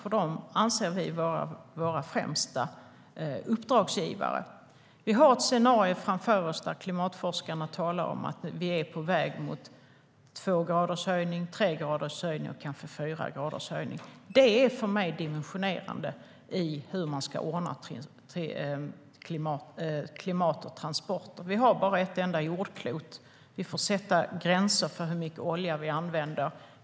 Vi anser att de är våra främsta uppdragsgivare. Vi har bara ett jordklot. Vi får sätta gränser för hur mycket olja vi använder.